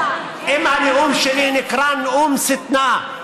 אם הנאום שלי נקרא נאום שטנה,